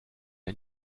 der